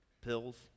pills